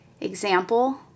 example